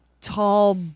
tall